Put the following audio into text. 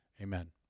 Amen